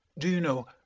do you know,